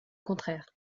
contraire